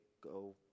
go